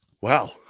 Wow